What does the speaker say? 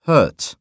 Hurt